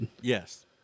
Yes